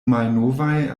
malnovaj